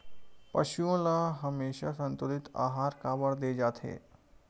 पशुओं ल हमेशा संतुलित आहार काबर दे जाथे?